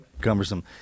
cumbersome